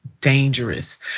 dangerous